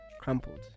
Crumpled